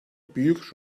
büyük